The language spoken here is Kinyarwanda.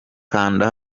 kanda